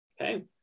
okay